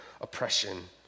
oppression